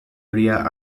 area